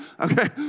Okay